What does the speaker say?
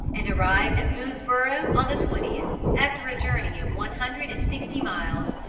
and arrived at boonesborough on the twentieth, after a journey of one hundred and sixty miles,